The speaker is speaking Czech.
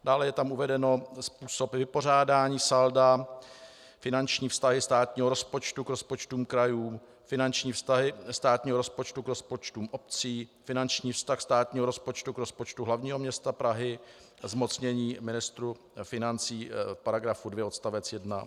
Dále je tam uveden způsob vypořádání salda, finanční vztahy státního rozpočtu k rozpočtům krajů, finanční vztahy státního rozpočtu k rozpočtům obcí, finanční vztah státního rozpočtu k rozpočtu hlavního města Prahy, zmocnění ministru financí v § 2 odst. 1 atd.;